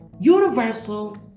Universal